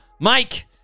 Mike